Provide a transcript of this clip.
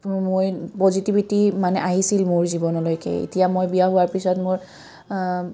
মই পজিটিভিটি মানে আহিছিল মোৰ জীৱনলৈকে এতিয়া মই বিয়া হোৱাৰ পিছত মোৰ